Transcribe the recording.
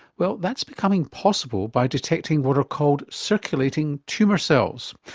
well, that's becoming possible by detecting what are called circulating tumour cells.